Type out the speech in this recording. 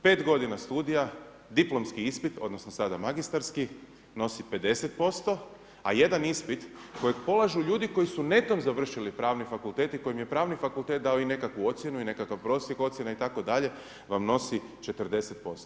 5 godina studija, diplomski ispit, odnosno sada magistarski nosi 50%, a jedan ispit kojeg polažu ljudi koji su netom završili pravni fakultet i kojim je pravni fakultet dao i nekakvu ocjenu i nekakav prosjek ocjena itd. vam nosi 40%